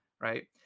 right